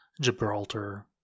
Gibraltar